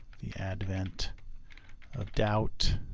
the advent of doubt